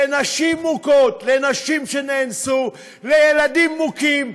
לנשים מוכות, לנשים שנאנסו, לילדים מוכים,